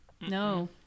No